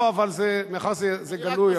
מאחר שזה גלוי,